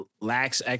lacks